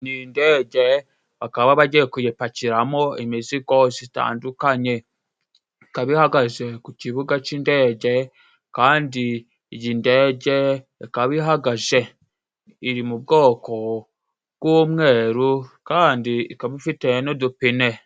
Ni indege bakaba bagiye kuyipakiramo imizigo zitandukanye. Ikaba ihagaze ku kibuga c'indege kandi iyi ndege ikaba ihagaje. Iri mu bwoko bw'umweru kandi ikaba ifite n'udupine.